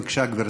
בבקשה, גברתי.